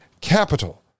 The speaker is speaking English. capital